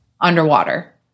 underwater